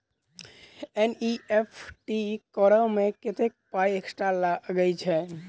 NEFT करऽ मे कत्तेक पाई एक्स्ट्रा लागई छई?